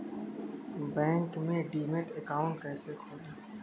Bank में demat account कैसे खोलें?